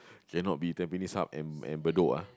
cannot be tampines-Hub and Bedok